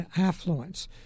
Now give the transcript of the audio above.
affluence